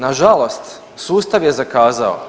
Na žalost sustav je zakazao.